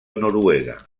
noruega